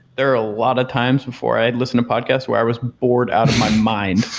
there are a lot of times before i had listened to podcasts where i was bored out of my mind,